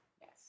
Yes